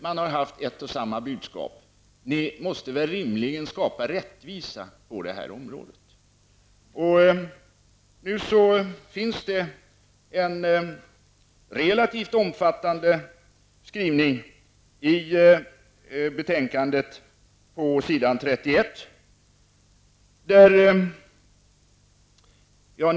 Man har haft ett och samma budskap: Ni måste väl rimligen skapa rättvisa på det här området. Nu finns det en relativt omfattande skrivning på s. 31 i betänkandet.